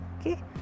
okay